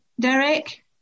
Derek